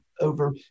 over